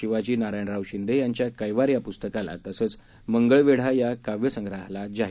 शिवाजी नारायणराव शिंदे यांच्या कैवार या पुस्तकाला तसंच मंगळवेढा या काव्यसंग्रहाला जाहीर झाला आहे